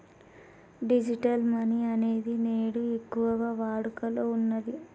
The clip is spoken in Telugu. డిజిటల్ మనీ అనేది నేడు ఎక్కువగా వాడుకలో ఉన్నది